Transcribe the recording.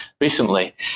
recently